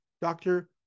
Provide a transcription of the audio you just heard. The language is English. doctor